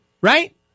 right